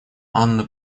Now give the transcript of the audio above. анна